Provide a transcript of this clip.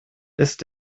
ist